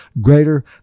greater